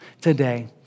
today